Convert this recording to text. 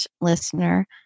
listener